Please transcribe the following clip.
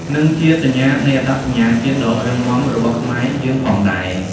និងជាសញ្ញានៃអត្តសញ្ញាណជាតិដ៏រឹងមាំរបស់ខ្មែរយើងផងដែរ។